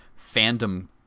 fandom